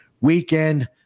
weekend